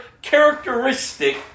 characteristic